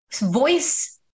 voice